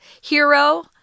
Hero